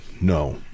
no